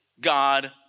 God